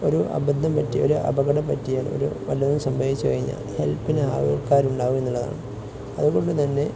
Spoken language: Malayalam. ഒരു അബദ്ധം പറ്റിയാല് ഒരു അപകടം പറ്റിയാൽ ഒരു വല്ലതും സംഭവിച്ചു കഴിഞ്ഞാൽ ഹെൽപ്പിന് ആൾക്കാരുണ്ടാവുമെന്നുള്ളതാണ് അതുകൊണ്ടുതന്നെ